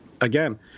again